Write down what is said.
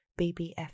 BBF